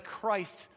Christ